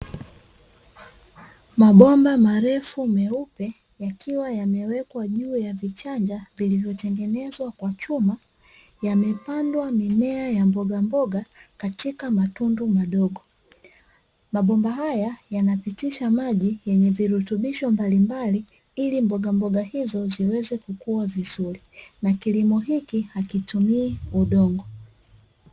Mabomba marefu meupe yakiwa yamewekwa juu ya vichanja, vilivyotengenezwa kwa chuma, yamepandwa mimea ya mbogamboga katika matundu madogo. Mabomba haya yanapitisha maji yenye virutubisho mbalimbali ili mbogamboga hizo ziweze kukua vizuri; na kilimo hiki hakitumii udongo.